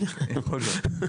יכול להיות,